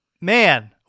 man